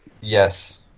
Yes